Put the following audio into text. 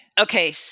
Okay